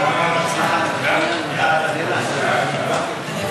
ההצעה להעביר את הצעת